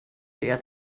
ndr